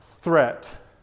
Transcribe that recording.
threat